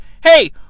Hey